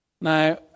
Now